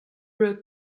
wrote